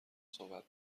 صحبت